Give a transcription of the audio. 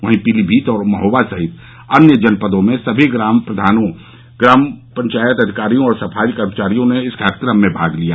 वहीं पीलीभीत और महोबा सहित अन्य जनपदों में सभी ग्राम प्रधानों पंचायत अधिकारियों और सफाई कर्मियों ने इस कार्यक्रम में भाग लिया